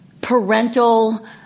parental